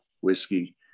whiskey